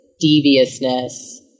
deviousness